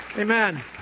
Amen